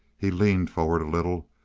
he leaned forward a little,